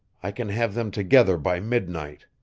i can have them together by midnight.